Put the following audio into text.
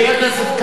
מספיק.